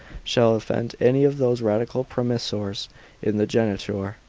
shall offend any of those radical promissors in the geniture.